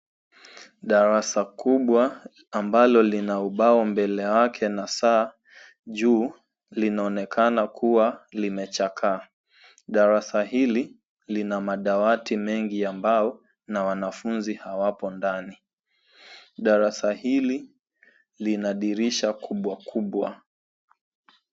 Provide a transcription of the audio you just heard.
Darasa kubwa ambao lina ubao mbele yake na saa juu linaonekana kuwa limechakaa. Darasa hili lina madawati mengi ya mbao na wanafunzi hawapo ndani. Darasa hili lina dirisha kubwa kubwa.